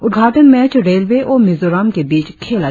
उद्घाटन match railway और मिजोरम के बीच खेला जाएगा